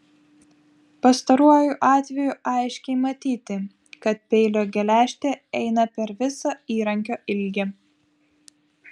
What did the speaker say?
pastaruoju atveju aiškiai matyti kad peilio geležtė eina per visą įrankio ilgį